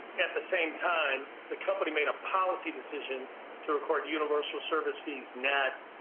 at the same time the company made a policy decision to record universal service fees net